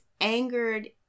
angered